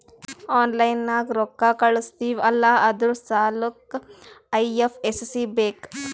online ನಾಗ್ ರೊಕ್ಕಾ ಕಳುಸ್ತಿವ್ ಅಲ್ಲಾ ಅದುರ್ ಸಲ್ಲಾಕ್ ಐ.ಎಫ್.ಎಸ್.ಸಿ ಬೇಕ್